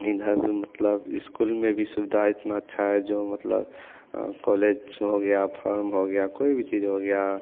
इधर मतलब इस्कूल में भी सुविधा इतना अच्छा है जो मतलब हो गिया फोरम हो गया कोई भी चीज हो गया